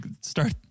start